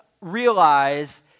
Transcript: realize